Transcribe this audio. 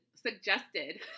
suggested